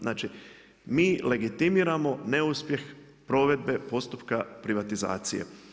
Znači, mi legitimiramo, neuspjeh, provedbe postupka privatizacije.